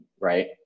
Right